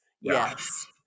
yes